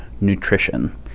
nutrition